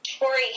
Tori